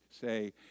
say